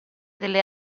delle